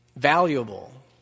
Valuable